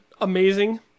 amazing